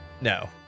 No